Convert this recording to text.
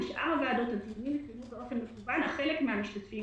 בשאר הוועדות הדיונים התקיימו באופן מקוון אך חלק מן המשתתפים,